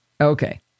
Okay